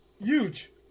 Huge